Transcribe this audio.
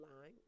line